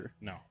No